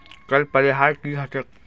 कर परिहार की ह छेक